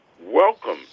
welcome